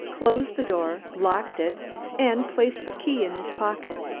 closed the door, locked it and placed the key in his pocket,